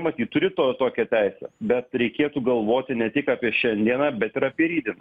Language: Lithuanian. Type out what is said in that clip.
matyt turi to tokią teisę bet reikėtų galvoti ne tik apie šiandieną bet ir apie rytdieną